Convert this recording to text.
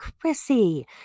Chrissy